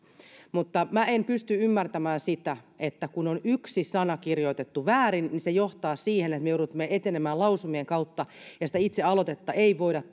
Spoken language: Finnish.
minä en pysty ymmärtämään sitä että kun on yksi sana kirjoitettu väärin niin se johtaa siihen että me joudumme etenemään lausumien kautta ja sitä itse aloitetta ei voida